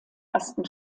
ersten